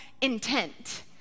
intent